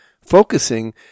focusing